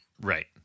right